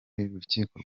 rukiko